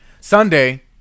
Sunday